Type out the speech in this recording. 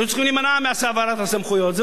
היו צריכים להימנע מהעברת הסמכויות.